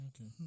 okay